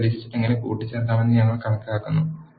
അടുത്തതായി ലിസ്റ്റ് എങ്ങനെ കൂട്ടിച്ചേർക്കാമെന്ന് ഞങ്ങൾ കാണും